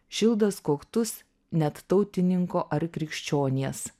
šildas koktus net tautininko ar krikščionies